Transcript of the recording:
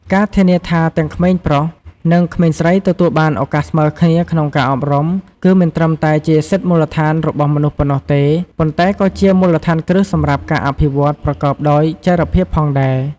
ការធានាថាទាំងក្មេងប្រុស និងក្មេងស្រីទទួលបានឳកាសស្មើគ្នាក្នុងការអប់រំ គឺមិនត្រឹមតែជាសិទ្ធិមូលដ្ឋានរបស់មនុស្សប៉ុណ្ណោះទេ ប៉ុន្តែក៏ជាមូលដ្ឋានគ្រឹះសម្រាប់ការអភិវឌ្ឍប្រកបដោយចីរភាពផងដែរ។